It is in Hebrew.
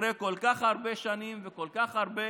אחרי כל כך הרבה שנים וכל כך הרבה